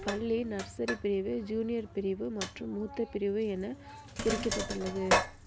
பள்ளி நர்சரி பிரிவு ஜூனியர் பிரிவு மற்றும் மூத்த பிரிவு என பிரிக்கப்பட்டுள்ளது